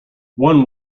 one